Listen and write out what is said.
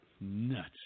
Nuts